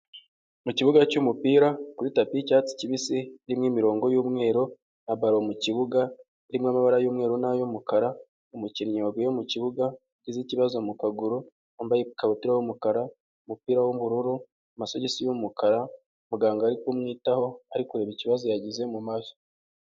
Mu kibuga cy'umupira kuri tapi yicyatsi kibisi irimo imirongo y'umweru na baro mu kibuga irimo amabara y'umweru na y'umukara, umukinnyi waguye mu kibuga wagize ikibazo mu kaguru wambaye ikabutura y'umukara umupira w'ubururu amasogisi y'umukara muganga ari kumwitaho ari kureba ikibazo yagize mu mavi.